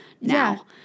Now